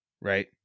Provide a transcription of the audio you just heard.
right